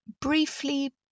briefly